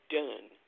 done